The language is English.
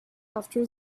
after